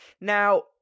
Now